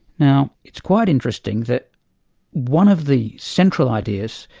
now it's quite interesting that one of the central ideas,